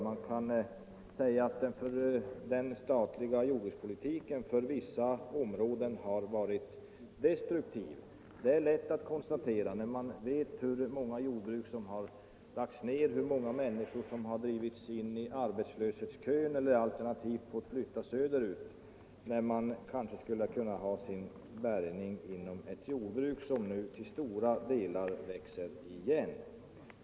Man kan säga att den statliga jordbrukspolitiken för vissa områden har varit destruktiv — det är lätt att konstatera för den som vet hur många jordbruk som har lagts ner och hur många människor som drivits in i arbetslöshetskön eller alternativt fått flytta söderut, när de kanske hade kunnat få sin bärgning inom ett jordbruk som nu till stora delar växer igen.